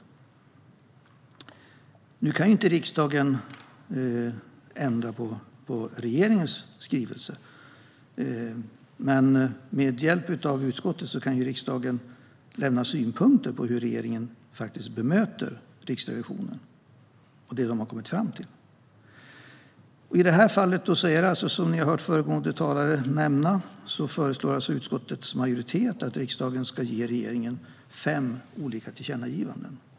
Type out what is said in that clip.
Riksdagen kan ju inte ändra på regeringens skrivelse, men med hjälp av utskottet kan riksdagen lämna synpunkter på hur regeringen bemöter Riksrevisionen och det de har kommit fram till. Som ni har hört föregående talare nämna föreslår utskottets majoritet alltså i det här fallet att riksdagen ska ge regeringen fem olika tillkännagivanden.